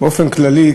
באופן כללי,